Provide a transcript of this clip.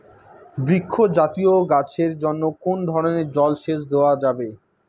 বৃক্ষ জাতীয় গাছের জন্য কোন ধরণের জল সেচ দেওয়া যাবে?